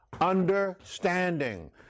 Understanding